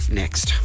next